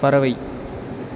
பறவை